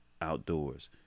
outdoors